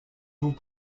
vous